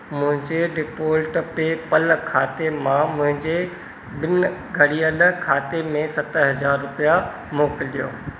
मुंहिंजे default PayPal खाते मां मुंहिंजे ॿिनि ॻंढियल खाते में सत हज़ार रुपया मोकिलियो